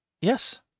yes